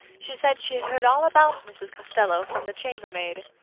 she said she had heard all about mrs. costello from the chambermaid.